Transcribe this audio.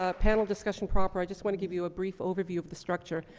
ah panel discussion proper, i just wanna give you a brief overview of the structure.